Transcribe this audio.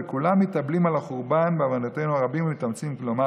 וכולם מתאבלים על החורבן בעוונותינו הרבים ומתאמצים" כלומר,